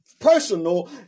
personal